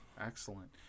excellent